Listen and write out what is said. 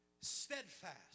steadfast